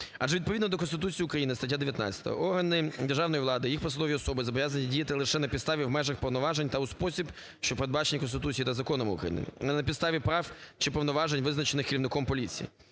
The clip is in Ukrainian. Адже відповідно до Конституції України (стаття 19) органи державної влади, їх посадові особи зобов'язані діяти лише на підставі, в межах повноважень та у спосіб, що передбачені Конституцією та законами України, а не на підставі прав чи повноважень, визначених керівником поліції.